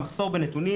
המחסור בנתונים,